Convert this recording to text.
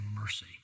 mercy